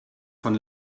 von